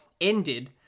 ended